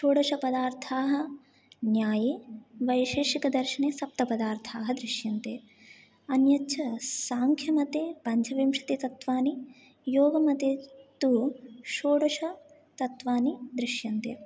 षोडशपदार्थाः न्याये वैशेषिकदर्शने सप्तपदार्थाः दृश्यन्ते अन्यच्च सांख्यमते पञ्चविंशतितत्त्वानि योगमते तु षोडशतत्त्वानि दृश्यन्ते